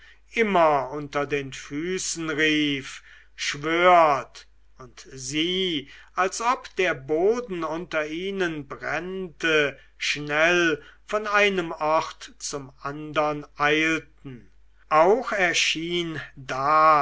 immer unter den füßen rief schwört und sie als ob der boden unter ihnen brennte schnell von einem ort zum andern eilten auch erschien da